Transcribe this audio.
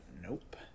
nope